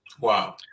Wow